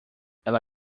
ela